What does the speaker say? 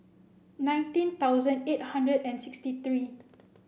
nineteen thousand eight hundred and sixty three